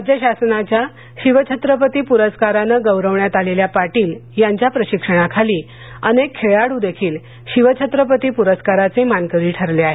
राज्य शासनाच्या शिवछत्रपती पुरस्कारनं गौरविण्यात आलेल्या पाटील यांच्या प्रशिक्षणाखाली अनेक खेळाडू देखील शिवछत्रपती पुरस्काराचे मानकरी ठरले आहेत